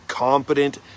Competent